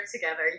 together